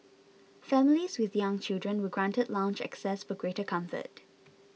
families with young children were granted lounge access for greater comfort